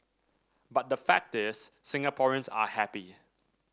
but the fact is Singaporeans are happy